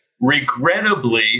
Regrettably